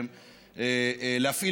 אני עוד